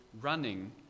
running